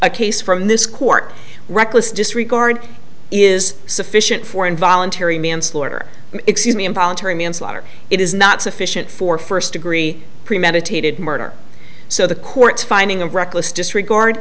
a case from this court reckless disregard is sufficient for involuntary manslaughter excuse me involuntary manslaughter it is not sufficient for first degree premeditated murder so the court's finding of reckless disregard